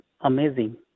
amazing